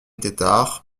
tetart